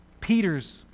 Peter's